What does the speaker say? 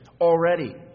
already